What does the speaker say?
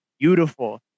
beautiful